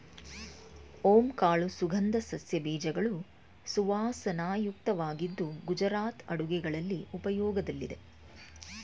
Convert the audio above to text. ಓಂ ಕಾಳು ಸುಗಂಧ ಸಸ್ಯ ಬೀಜಗಳು ಸುವಾಸನಾಯುಕ್ತವಾಗಿದ್ದು ಗುಜರಾತ್ ಅಡುಗೆಗಳಲ್ಲಿ ಉಪಯೋಗದಲ್ಲಿದೆ